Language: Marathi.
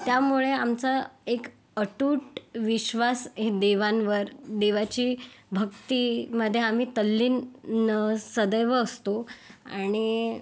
त्यामुळे आमचं एक अटूट विश्वास हे देवांवर देवाची भक्तीमध्ये आम्ही तल्लीन सदैव असतो आणि